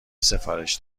سفارش